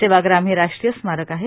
सेवाग्राम हे राष्ट्रीय स्मारक आहे